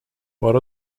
por